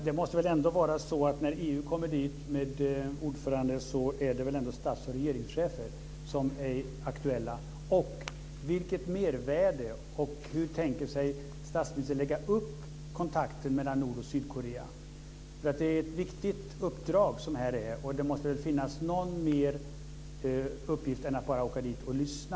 Det måste väl ändå vara så att när EU kommer dit med ordföranden är det stats och regeringschefer som är aktuella. Vilket är mervärdet? Hur tänker sig statsministern lägga upp kontakten mellan Nord och Sydkorea? Det är ett viktigt uppdrag, och det måste finnas någon mer uppgift än att bara åka dit och lyssna.